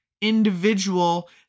individual